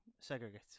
Segregate